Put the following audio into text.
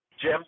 Jim